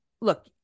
look